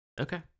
Okay